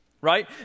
right